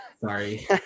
Sorry